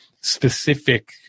specific